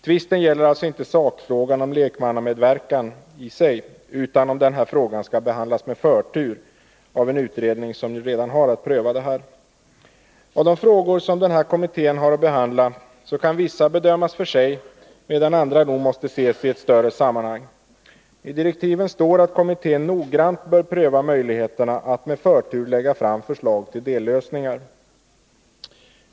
Tvisten gäller alltså inte sakfrågan om lekmannamedverkan i sig, utan om denna fråga skall behandlas med förtur av en utredning som redan nu har att pröva den. Av de frågor som kommittén har att behandla kan vissa bedömas för sig, medan andra nog måste ses i ett större sammanhang. I direktiven står att kommittén noggrant bör pröva möjligheterna att med förtur lägga fram förslag till dellösningar.